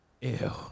Ew